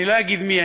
אני לא אגיד מי.